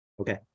Okay